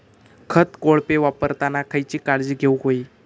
खत कोळपे वापरताना खयची काळजी घेऊक व्हयी?